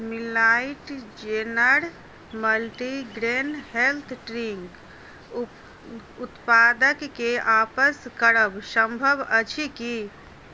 मिलाइट जेनर multigrain health drink उत्पादकके आपस करब सम्भव अछि की